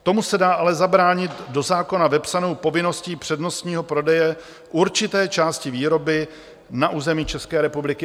Tomu se dá ale zabránit do zákona vepsanou povinností přednostního prodeje určité části výroby na území České republiky.